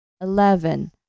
eleven